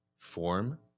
form